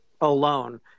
alone